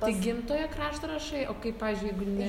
tik gimtojo krašto rašai o kaip pavyzdžiui jeigu ne